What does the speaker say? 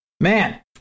Man